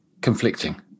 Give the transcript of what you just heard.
conflicting